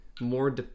more